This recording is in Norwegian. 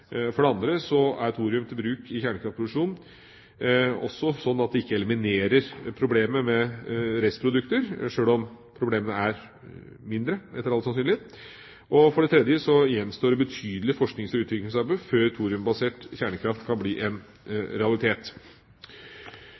For det andre så eliminerer ikke thorium til bruk i kjernekraftproduksjon problemet med restprodukter, sjøl om problemet etter all sannsynlighet er mindre. For det tredje gjenstår det betydelig forsknings- og utviklingsarbeid før thoriumbasert kjernekraft kan bli en realitet.